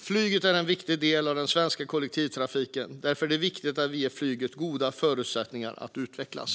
Flyget är en viktig del av den svenska kollektivtrafiken. Därför är det viktigt att vi ger flyget goda förutsättningar att utvecklas.